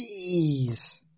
Jeez